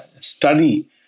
study